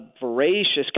voracious